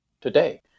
today